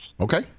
Okay